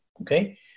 okay